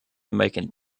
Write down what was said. making